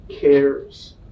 cares